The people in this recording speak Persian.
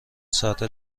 ساعت